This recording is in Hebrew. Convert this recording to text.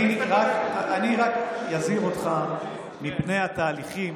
אני רק אזהיר אותך מפני התהליכים